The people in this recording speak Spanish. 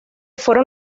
fueron